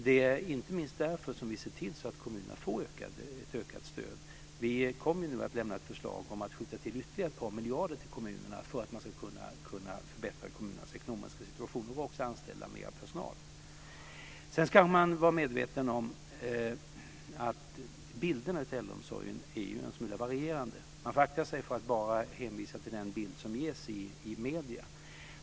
Det är inte minst därför som vi ser till att kommunerna får ett ökat stöd. Vi kommer nu att lämna ett förslag om att skjuta till ytterligare ett par miljarder till kommunerna för att förbättra deras ekonomiska situation så att de kan anställa mer personal. Sedan ska man vara medveten om att bilderna av äldreomsorgen är en smula varierande. Man får akta sig för att bara hänvisa till den bild som ges i medierna.